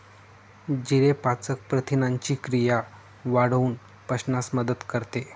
जिरे पाचक प्रथिनांची क्रिया वाढवून पचनास मदत करते